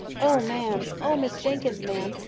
oh, ma'am! oh, miss jenkyns, ma'am!